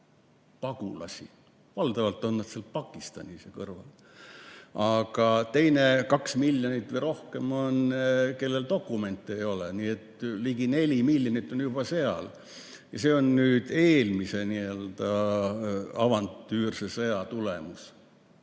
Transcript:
pagulasi. Valdavalt on nad Pakistanis, selle kõrval. Aga teine 2 miljonit või rohkem on, kellel dokumente ei ole. Nii et ligi 4 miljonit on juba seal ja see on eelmise avantüürse sõja tulemus.